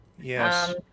Yes